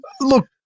Look